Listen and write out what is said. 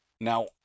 Now